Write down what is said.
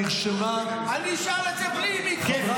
אני אשאל את זה בלי מיקרופון,